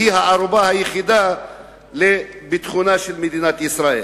והיא הערובה היחידה לביטחונה של מדינת ישראל.